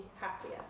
happier